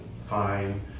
fine